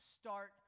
start